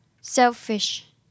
selfish